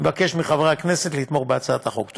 אני מבקש מחברי הכנסת לתמוך בהצעת החוק.